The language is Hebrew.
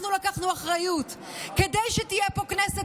אנחנו לקחנו אחריות כדי שתהיה פה כנסת